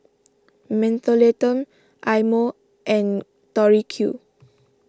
Mentholatum Eye Mo and Tori Q